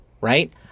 right